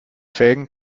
felgen